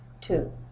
two